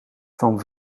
van